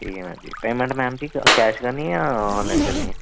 ठीक ऐ madam ji payment madam ji cash करनी जां आनलाॅइन करनी ऐ